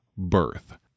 birth